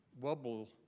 wobble